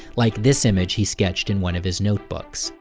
like this image he sketched in one of his notebooks.